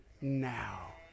now